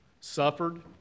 suffered